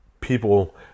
people